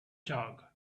jug